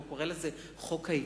הוא קורא לזה "חוק ההתייעלות".